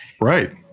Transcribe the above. Right